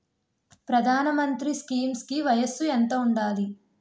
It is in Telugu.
ప్రధాన మంత్రి స్కీమ్స్ కి వయసు ఎంత ఉండాలి?